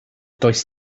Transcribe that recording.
does